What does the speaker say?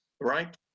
right